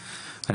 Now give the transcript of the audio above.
שלנו.